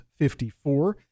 54